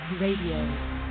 RADIO